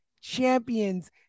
champions